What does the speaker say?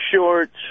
shorts